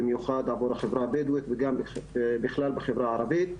במיוחד עבור החברה הבדואית וגם בכלל בחברה הערבית.